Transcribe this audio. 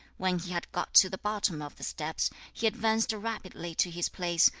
when he had got to the bottom of the steps, he advanced rapidly to his place,